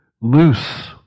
loose